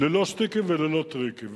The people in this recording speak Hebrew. ללא שטיקים וללא טריקים,